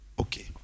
okay